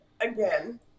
again